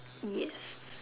yes